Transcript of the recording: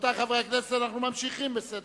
אנו ממשיכים בסדר-היום: